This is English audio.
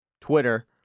Twitter